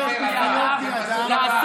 חכה, אני אראה להם.